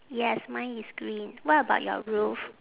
yes mine is green what about your roof